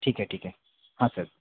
ठीक है ठीक है हाँ सर